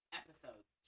episodes